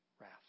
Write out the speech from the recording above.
wrath